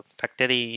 factory